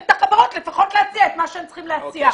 החברות לפחות להציע את מה שהם צריכים להציע.